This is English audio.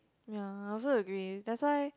ya I also agree that's why